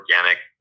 organic